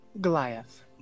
goliath